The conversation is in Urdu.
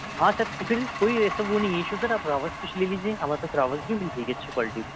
ہاں سر پھر کوئی ایسا وہ نہیں ہے ایشو آپ راوس فش لے لیجیے ہمارے پاس راوس بھی مل جائےگی اچھی کوالٹی میں